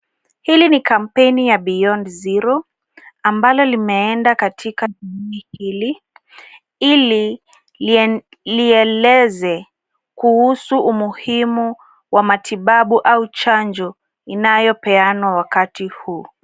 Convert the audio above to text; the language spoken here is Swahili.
Hili ni kampeni ya Beyond Zero ambalo limeenda katika kijiji hili, ili lieleze kuhusu umuhimu wa matibabu au chanjo inayopeanwa wakati huu.